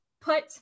put